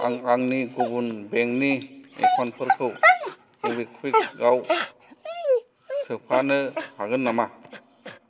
आं आंनि गुबुन बेंकनि एकाउन्टफोरखौ म'बिक्वुइकाव सोफानो हागोन नामा